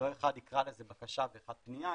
שלא אחד יקרא לזה בקשה ואחד פנייה,